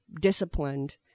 disciplined